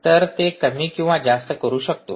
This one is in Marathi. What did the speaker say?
तर ते कमी किंवा जास्त करू शकतो